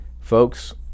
Folks